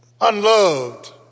unloved